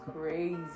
crazy